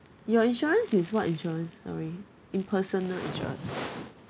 your insurance is what insurance sorry in personal insurance